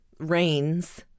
Rains